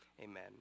Amen